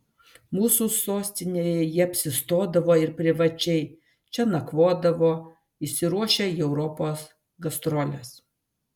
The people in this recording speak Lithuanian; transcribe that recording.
mūsų sostinėje jie apsistodavo ir privačiai čia nakvodavo išsiruošę į europos gastroles